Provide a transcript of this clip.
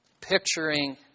picturing